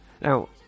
now